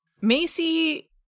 Macy